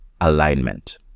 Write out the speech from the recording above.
alignment